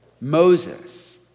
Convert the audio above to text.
Moses